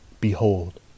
behold